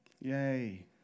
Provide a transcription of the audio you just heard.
Yay